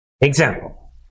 example